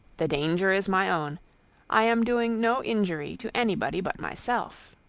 the danger is my own i am doing no injury to anybody but myself.